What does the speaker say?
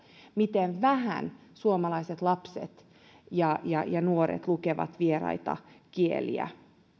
miten vähän suomalaiset lapset ja ja nuoret lukevat vieraita kieliä